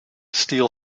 steel